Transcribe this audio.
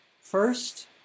First